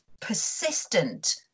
persistent